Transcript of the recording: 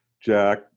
Jack